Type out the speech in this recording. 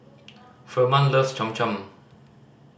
Firman loves Cham Cham